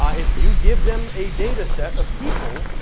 if you give them a dataset of people,